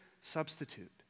substitute